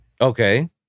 Okay